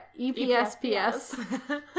EPSPS